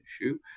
issue